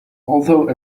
although